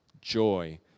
joy